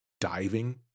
diving